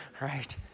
right